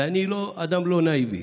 ואני לא אדם נאיבי,